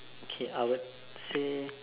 okay I would say